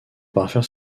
parfaire